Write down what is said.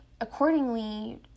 accordingly